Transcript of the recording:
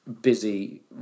busy